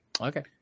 Okay